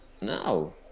No